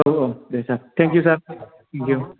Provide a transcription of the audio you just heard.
औ औ दे सार टेंकिउ सार टेंकिउ